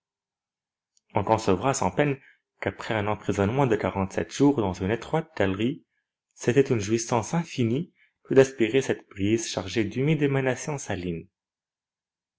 on concevra sans peine qu'après un emprisonnement de quarante-sept jours dans une étroite galerie c'était une jouissance infinie que d'aspirer cette brise chargée d'humides émanations salines